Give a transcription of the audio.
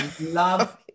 Love